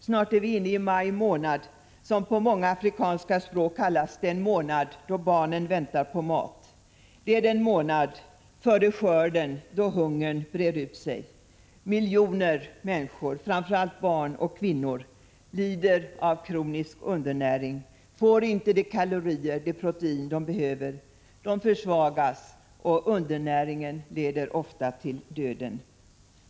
Snart är vi inne i maj månad, som på många afrikanska språk kallas den månad då barnen väntar på mat. Det är den månad före skörden då hungern breder ut sig. Miljoner människor, framför allt barn och kvinnor, lider av kronisk undernäring. De får inte de kalorier och det protein de behöver. De försvagas, och undernäringen leder ofta till döden.